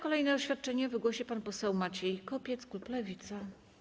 Kolejne oświadczenie wygłosi pan poseł Maciej Kopiec, klub Lewica.